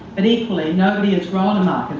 but equally nobody has grown um ah